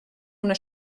una